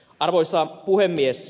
arvoisa puhemies